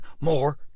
more